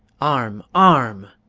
arm, arm